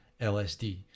LSD